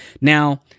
now